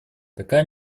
такая